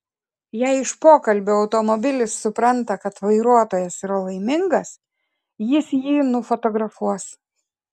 jei iš pokalbio automobilis supranta kad vairuotojas yra laimingas jis jį nufotografuos